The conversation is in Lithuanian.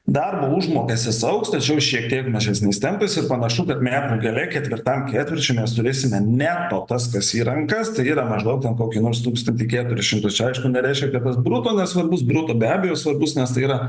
darbo užmokestis augs tačiau šiek tiek mažesniais tempais ir panašu kad metų gale ketvirtam ketvirčiui mes turėsime neto tas kas yra į rankas tai yra maždaug ten kokį nors tūkstantį keturis šimtus čia aišku nereiškia kad tas bruto nesvarbus bruto be abejo svarbus nes tai yra